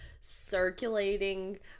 circulating